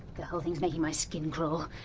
the whole thing's making my skin crawl.